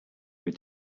mit